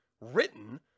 written